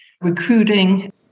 recruiting